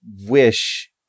wish